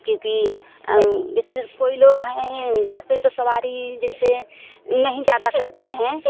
क्योंकि जैसे कोई लोग हैं बसे के सवारी जैसे नहीं ज़्यादा करते हैं